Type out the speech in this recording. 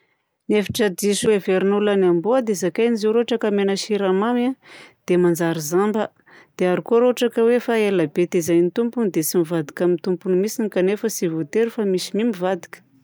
Hevitra diso iheverin'olona ny amboa dia zakaigna izy io raha ohatra ka omena siramamy a dia manjary jamba. Dia ary koa rô raha ohatra ka hoe efa ela be tezaign'ny tompony dia tsy mivadika amin'ny tompony mihitsy kanefa tsy voatery fa misy ny mivadika.